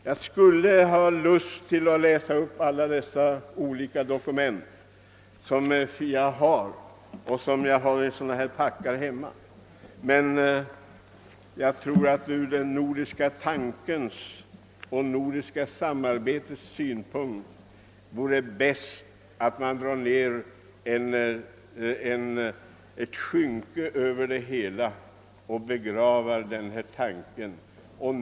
Jag skulle ha lust att läsa upp alla dessa olika dokument som jag har i stora packar här och hemma, men med hänsyn till den nordiska tanken och det nordiska samarbetet är det bäst att dra en barmhärtighetens slöja över det hela och begrava propositionens förslag.